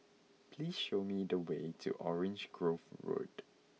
please show me the way to Orange Grove Road